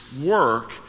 work